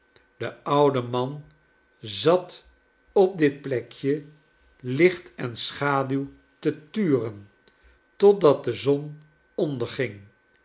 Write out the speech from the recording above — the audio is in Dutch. de oude man zat op dit plekje licht en schaduw te turen totdat de zon onderging